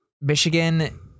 Michigan